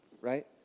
right